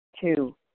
Two